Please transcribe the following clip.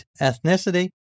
ethnicity